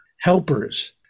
helpers